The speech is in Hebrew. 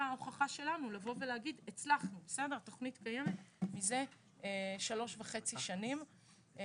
ההוכחה שלנו להגיד שהתכנית קיימת מזה 3.5 שנים.